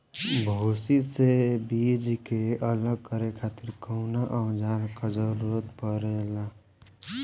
भूसी से बीज के अलग करे खातिर कउना औजार क जरूरत पड़ेला?